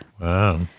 Wow